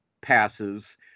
passes